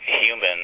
human